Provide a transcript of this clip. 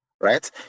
right